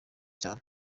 cyane